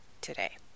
today